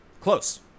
close